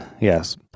yes